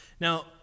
Now